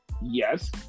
Yes